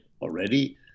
already